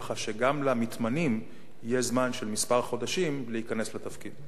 כך שלמתמנים יהיה זמן של כמה חודשים להיכנס לתפקיד.